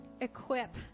equip